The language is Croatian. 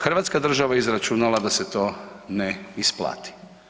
Hrvatska država je izračunala da se to ne isplati.